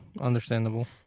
understandable